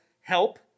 help